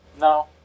no